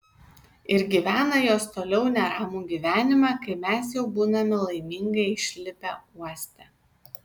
ir gyvena jos toliau neramų gyvenimą kai mes jau būname laimingai išlipę uoste